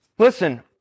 Listen